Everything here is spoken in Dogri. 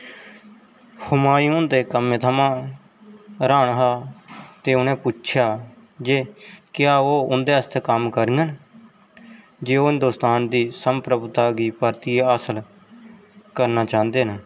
हुमायूं उं'दे कम्मै थमां र्हान हा ते उ'नें पुच्छेआ जे क्या ओह् उं'दे आस्तै कम्म करङन जे ओह् हिन्दुस्तान दी संप्रभुता गी परतियै हासल करना चांह्दे न